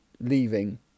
leaving